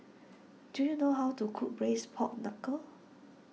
do you know how to cook Braised Pork Knuckle